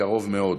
מקרוב מאד.